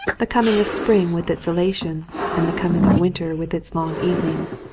the coming of spring with its elation and the coming of winter with its long evenings,